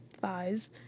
thighs